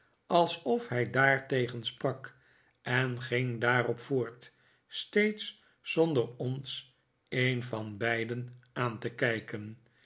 alsof hij daartegen sprak en ging daarop voort steeds zonder ons een van beiden aan te kijken